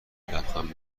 لبخند